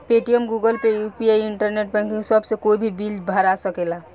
Paytm, Google pay, UPI, internet banking सभ से कोई भी बिल भरा सकेला